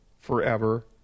forever